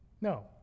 No